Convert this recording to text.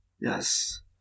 Yes